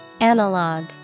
Analog